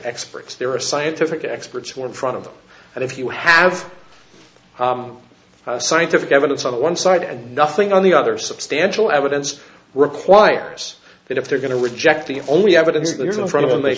experts there are scientific experts who are in front of them and if you have scientific evidence on one side and nothing on the other substantial evidence requires that if they're going to reject the only evidence there is no front of them they